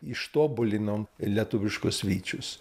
ištobulinom lietuviškus vyčius